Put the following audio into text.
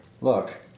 Look